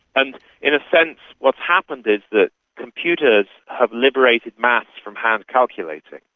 and in a sense what's happened is that computers have liberated maths from hand-calculating.